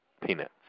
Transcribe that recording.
Peanuts